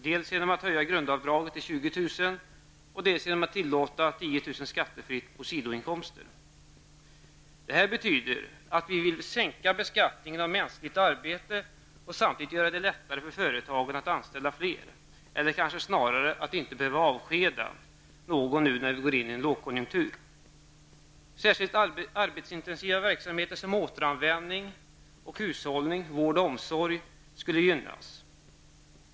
dels genom att höja grundavdraget till 20 000 kr., dels genom att tillåta Det här betyder att vi vill sänka beskattningen av mänskligt arbete och samtidigt göra det lättare för företagen att anställa fler, eller kanske snarare att inte behöva avskeda någon nu när vi går in i en lågkonjunktur. Särskilt arbetsintensiva verksamheter som återanvändning, hushållning, vård och omsorg skulle gynnas.